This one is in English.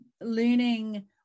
learning